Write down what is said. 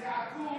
זה עקום.